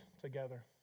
together